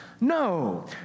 No